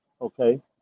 okay